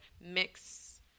mix